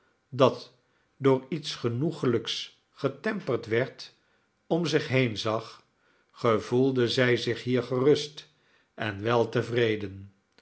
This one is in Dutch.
dat door iets genoeglijks getemperd werd om zich heen zag gevoelde zij zich hier gerust en weltevreden